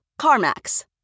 CarMax